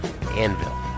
Anvil